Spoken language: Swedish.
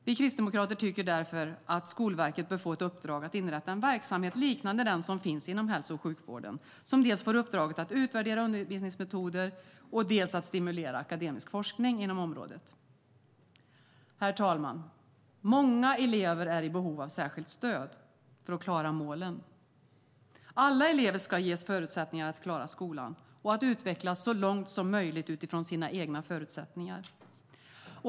Vi kristdemokrater tycker därför att Skolverket bör få ett uppdrag att inrätta en verksamhet liknande den som finns inom hälso och sjukvården som dels får uppdraget att utvärdera undervisningsmetoder, dels att stimulera akademisk forskning inom området. Herr talman! Många elever är i behov av särskilt stöd för att klara målen. Alla elever ska ges förutsättningar att klara skolan och att utvecklas så långt som möjligt utifrån sina egna förutsättningar.